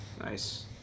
Nice